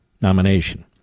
nomination